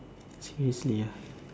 seriously ah